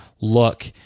look